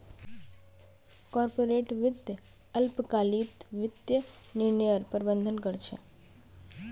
corporate वित्त अल्पकालिक वित्तीय निर्णयर प्रबंधन कर छे